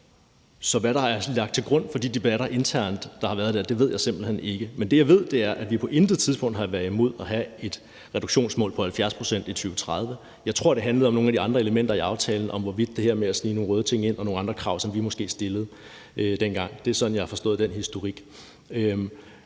Så hvad der internt er lagt til grund for de debatter, der har været der, ved jeg simpelt hen ikke. Men det, jeg ved, er, at vi på intet tidspunkt har været imod at have et reduktionsmål på 70 pct. i 2030. Jeg tror, det handlede om nogle af de andre elementer i aftalen, om det her med at snige nogle røde ting ind og nogle andre krav, som vi måske stillede dengang. Det er sådan, jeg har forstået den historik.